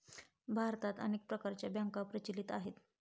भारतात अनेक प्रकारच्या बँका प्रचलित आहेत